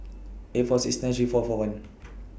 eight four six nine three four four one